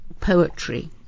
poetry